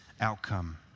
outcome